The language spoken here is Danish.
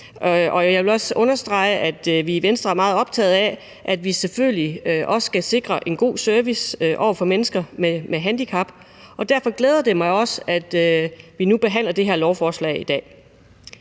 jeg vil også understrege, at vi i Venstre er meget optaget af, at vi selvfølgelig også skal sikre en god service for mennesker med handicap, og derfor glæder det mig også, at vi nu behandler det her lovforslag i dag.